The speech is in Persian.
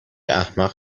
احمق